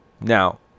Now